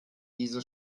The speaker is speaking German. diese